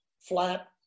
flat